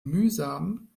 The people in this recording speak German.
mühsam